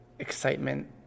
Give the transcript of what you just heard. excitement